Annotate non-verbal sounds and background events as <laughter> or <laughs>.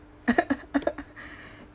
<laughs> <breath>